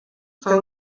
fer